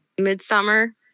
Midsummer